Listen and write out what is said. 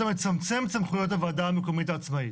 אתה מצמצם את סמכויות הוועדה המקומית העצמאית.